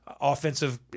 offensive